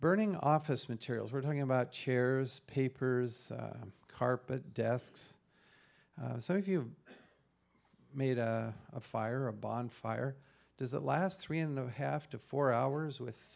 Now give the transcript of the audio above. burning office materials we're talking about chairs papers carpet desks so if you made a fire a bon fire does it last three and a half to four hours with